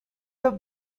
the